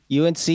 UNC